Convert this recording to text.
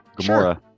Gamora